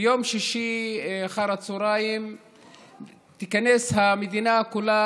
ביום שישי אחר הצוהריים תיכנס המדינה כולה